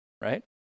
right